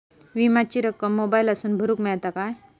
विमाची रक्कम मोबाईलातसून भरुक मेळता काय?